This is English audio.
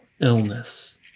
illness